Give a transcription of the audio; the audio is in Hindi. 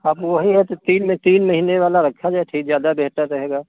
अब वही है तो तीन तीन महीने वाला रखा जाए फिर ज्यादा बेहतर रहेगा